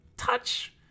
Touch